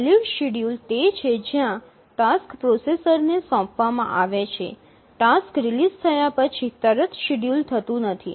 valid schedule તે છે જ્યાં ટાસ્ક પ્રોસેસરને સોંપવા માં આવે છે ટાસ્ક રિલીઝ થયા પછી તરત શેડ્યૂલ થતું નથી